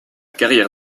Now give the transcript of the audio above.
carrière